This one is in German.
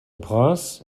prince